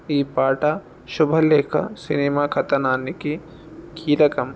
ఈ పాట శుభలేఖ సినిమా కథనానికి కీలకం